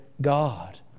God